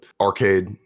Arcade